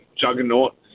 juggernaut